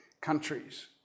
countries